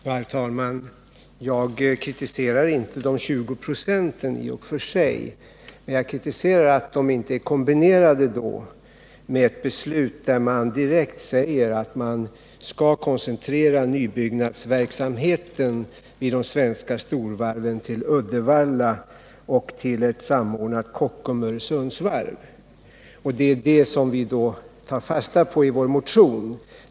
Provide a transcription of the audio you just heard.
Herr talman! Jag kritiserar inte de 20 procenten i och för sig, men jag kritiserar att de inte är kombinerade med ett beslut där man direkt säger att man skall koncentrera nybyggnadsverksamheten vid de svenska storvarven till Uddevalla och till ett samordnat Kockum-Öresundsvarv. Det är det som vi tar fasta på i vår motion.